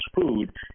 food